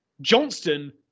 Johnston